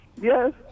Yes